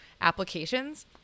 applications